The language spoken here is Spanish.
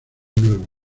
nuevo